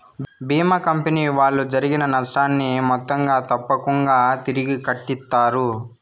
భీమా company వాళ్ళు జరిగిన నష్టాన్ని మొత్తంగా తప్పకుంగా తిరిగి కట్టిత్తారు